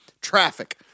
Traffic